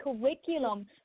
curriculum